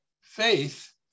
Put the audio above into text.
faith